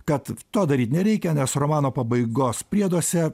kad to daryt nereikia nes romano pabaigos prieduose